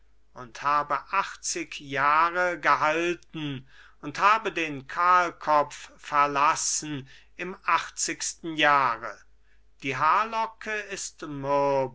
und habe achtzig jahre gehalten und habe den kahlkopf verlassen im achtzigsten jahre die haarlocke ist